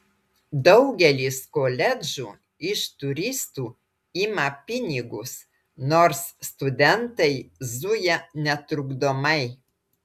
daugelis koledžų iš turistų ima pinigus nors studentai zuja netrukdomai